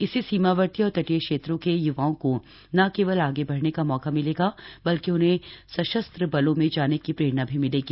इससे सीमावर्ती और तटीय क्षेत्रों के युवाओं को न केवल आगे बढ़ने का मौका मिलेगा बल्कि उन्हें सशस्त्र बलों में जाने की प्रेरणा भी मिलेगी